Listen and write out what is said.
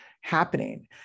happening